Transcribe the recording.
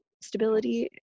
stability